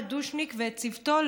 את דושניק ואת צוותו,